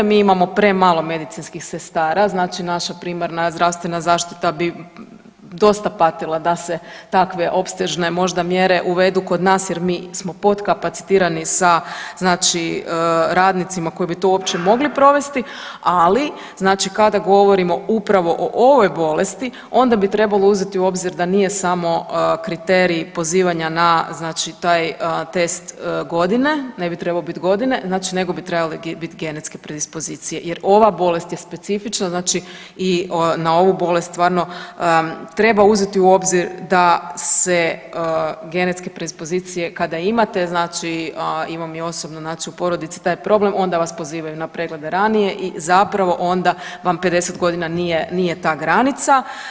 Mi imamo premalo medicinskih sestara, znači naša primarna zdravstvena zaštita bi dosta patila da se takve opsežne možda mjere uvedu kod nas jer mi smo potkapacitirani sa znači radnicima koji bi to uopće mogli provesti, ali znači kada govorimo upravo o ovoj bolesti onda bi trebalo uzeti u obzir da nije samo kriterij pozivanja na znači taj test godine, ne bi trebao bit godine znači nego bi trebale bit genetske predispozicije jer ova bolest je specifična znači i na ovu bolest stvarno treba uzeti u obzir da se genetske predispozicije kada imate znači, imam i osobno znači u porodici taj problem onda vas pozivaju na preglede ranije i zapravo onda vam 50.g. nije, nije ta granica.